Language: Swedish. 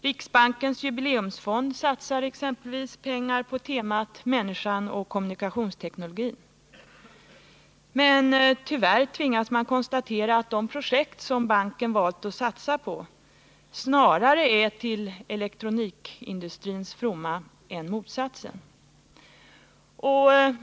Riksbankens jubileumsfond satsar exempelvis pengar på temat Människan och kommunikationsteknologin. Men tyvärr tvingas man konstatera att de projekt banken valt att satsa på snarare är till elektronikindustrins fromma än motsatsen.